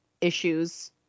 issues